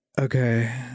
Okay